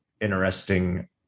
interesting